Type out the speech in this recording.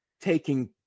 taking